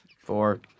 four